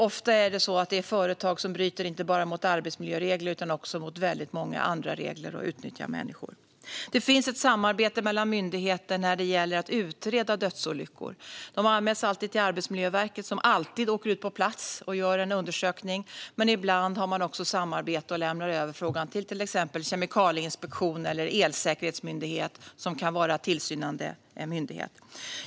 Ofta är det fråga om företag som bryter inte bara mot arbetsmiljöregler utan också mot många andra regler och utnyttjar människor. Det finns ett samarbete mellan myndigheter när det gäller att utreda dödsolyckor. De anmäls till Arbetsmiljöverket, som alltid åker ut på plats och gör en undersökning. Men ibland samarbetar man med till exempel Kemikalieinspektionen eller Elsäkerhetsverket, som kan vara tillsynsmyndigheter.